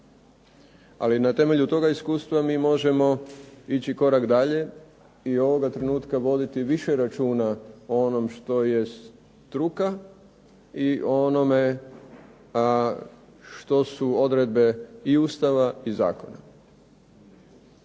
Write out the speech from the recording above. Ali na temelju toga iskustva mi možemo ići korak dalje i ovoga trenutka voditi više računa o onom što je struka i o onome što su odredbe i ustava i zakona.